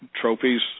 trophies